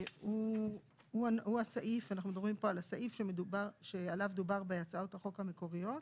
אנחנו מדברים פה על הסעיף שעליו דובר בהצעות החוק המקוריות,